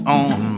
on